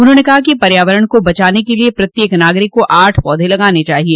उन्होंने कहा कि पर्यावरण को बचाने के लिए प्रत्येक नागरिक को आठ पौधे लगाने चाहिए